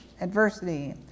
adversity